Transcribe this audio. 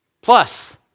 plus